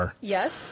Yes